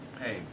Hey